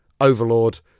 overlord